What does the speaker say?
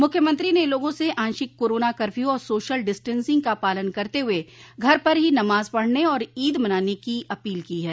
मुख्यमंत्री ने लोगों से आंशिक कोरोना कर्फ्यू और सोशल डिस्टेंसिंग का पालन करते हुए घर पर ही नमाज पढ़ने और ईद मनाने की अपील की है